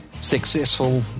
successful